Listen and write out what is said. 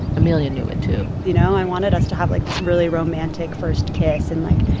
amelia knew it, too you know, i wanted us to have, like, this really romantic first kiss and, like,